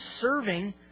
serving